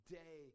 day